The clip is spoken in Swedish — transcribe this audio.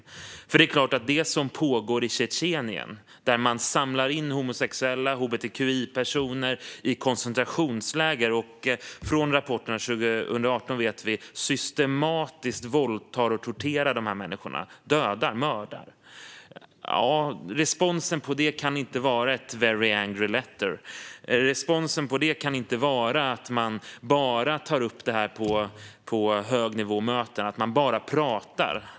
Vi vet från rapporterna 2018 att det som pågår i Tjetjenien är att man samlar in homosexuella och hbtqi-personer i koncentrationsläger och systematiskt våldtar, torterar, dödar och mördar de här människorna. Det är klart att responsen på detta inte kan vara ett very angry letter. Responsen på det kan inte vara att man bara tar upp detta på högnivåmöten och att man bara pratar.